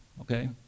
Okay